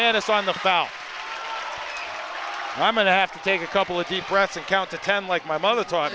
and it's on the bow i'm going to have to take a couple of deep breaths and count to ten like my mother taught